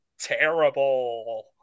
terrible